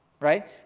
right